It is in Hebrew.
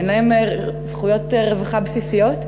אין להם זכויות רווחה בסיסיות,